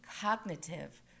cognitive